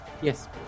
Yes